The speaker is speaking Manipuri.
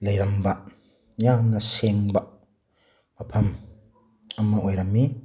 ꯂꯩꯔꯝꯕ ꯌꯥꯝꯅ ꯁꯦꯡꯕ ꯃꯐꯝ ꯑꯃ ꯑꯣꯏꯔꯝꯃꯤ